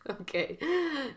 Okay